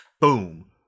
boom